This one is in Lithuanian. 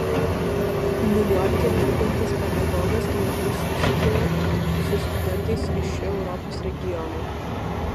niujorke dirbantis pedagogas mažai susiduria su studentais iš šio europos regiono